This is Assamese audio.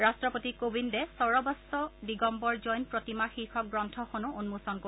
ৰাট্টপতি কোবিন্দে চ'ৰবচ্চা দিগম্বৰ জৈন প্ৰতিমা শীৰ্ষক গ্ৰন্থখনো উন্মোচন কৰিব